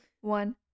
one